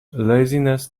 laziness